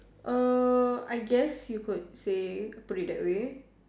err I guess you could say put it that way